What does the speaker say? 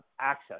access